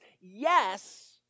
yes